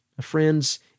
Friends